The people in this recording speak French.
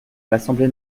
l’assemblée